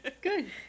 Good